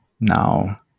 Now